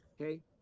okay